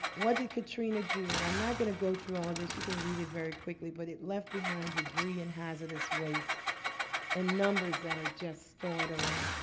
what did katrina do? and i'm not going to go through all of this. you can read it very quickly. but it left behind debris and hazardous waste in numbers that are just startling